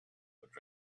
would